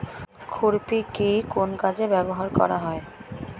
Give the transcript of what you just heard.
খুরপি কি কোন কাজে ব্যবহার করা হয়?